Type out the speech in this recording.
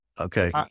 Okay